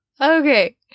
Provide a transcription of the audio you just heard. Okay